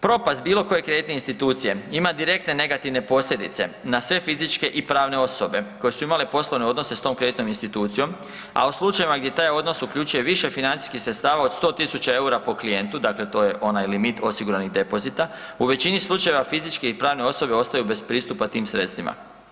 Propast bilo koje kreditne institucije ima direktne negativne posljedice na sve fizičke i pravne osobe koje su imale poslovne odnose s tom kreditnom institucijom, a u slučajevima gdje taj odnos uključuje više financijskih sredstava od 100.000 eura po klijentu dakle to je onaj limit osiguranih depozita, u većini slučajeva fizičke i pravne osobe ostaju bez pristupa tim sredstvima.